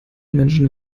menschen